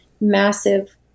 massive